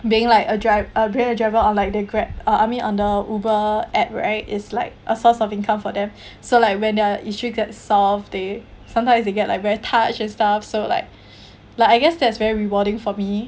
being like a drive being a driver or like the grab ah I mean on the uber app right is like a source of income for them so like when their issues get solved they sometimes they get like very touch and stuff so like like I guess that's very rewarding for me